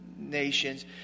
Nations